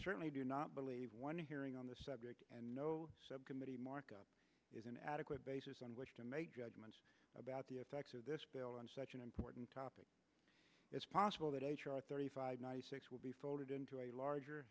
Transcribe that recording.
certainly do not believe one hearing on the subject and no subcommittee markup is an adequate basis on which to make judgments about the effects of this bill on such an important topic it's possible that h r thirty five ninety six will be folded into a larger